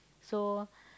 so